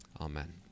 Amen